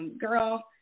girl